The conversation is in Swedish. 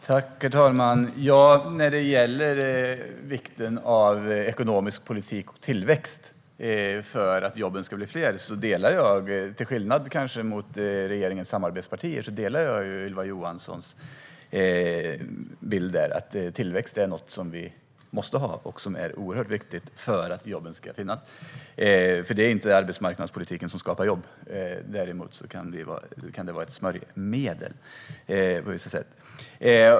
Herr talman! När det gäller vikten av ekonomisk politik och tillväxt för att jobben ska bli fler delar jag, kanske till skillnad från regeringens samarbetspartier, Ylva Johanssons bild. Tillväxt är något som vi måste ha. Det är oerhört viktigt för att jobben ska finnas. Det är nämligen inte arbetsmarknadspolitiken som skapar jobb. Däremot kan den på vissa sätt vara ett smörjmedel.